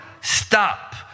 stop